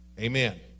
Amen